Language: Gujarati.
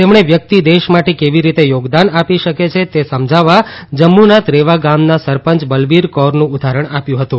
તેમણે વ્યક્તિ દેશ માટે કેવી રીતે યોગદાન આપી શકે છે તે સમજાવવા જમ્મુના ત્રેવા ગામના સરપંચ બલબીર કૌરનું ઉદાહરણ આપ્યું હતું